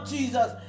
Jesus